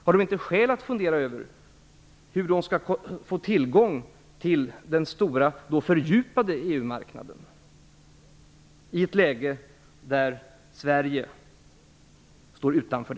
Har de inte skäl att fundera över hur de skall få tillgång till den stora och fördjupade EU marknaden i ett läge då Sverige står utanför?